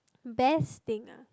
best thing ah